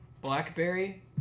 Blackberry